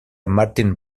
martin